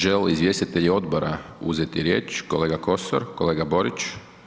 Želi li izvjestitelj odbora uzeti riječ, kolega Kosor, kolega Borić?